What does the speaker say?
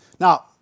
Now